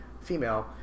female